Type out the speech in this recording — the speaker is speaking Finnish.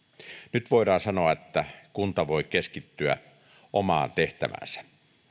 nyt voidaan sanoa että kunta voi keskittyä omaan tehtäväänsä